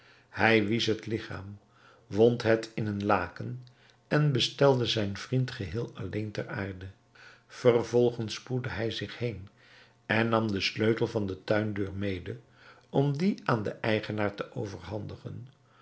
hij wiesch het ligchaam wond het in een laken en bestelde zijn vriend geheel alleen ter aarde vervolgens spoedde hij zich heen en nam den sleutel van de tuindeur mede om dien aan den eigenaar te overhandigen